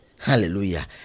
Hallelujah